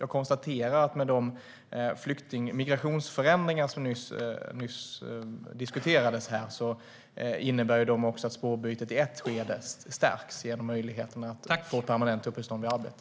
Jag konstaterar att de migrationsförändringar som nyss diskuterades här innebär att spårbytet i ett skede stärks genom möjligheterna att få permanent uppehållstillstånd vid arbete.